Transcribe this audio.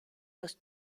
los